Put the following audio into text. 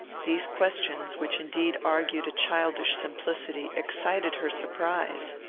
these questions, which indeed argued a childish simplicity, excited her surprise.